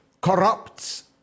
corrupts